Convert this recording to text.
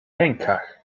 rękach